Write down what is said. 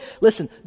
listen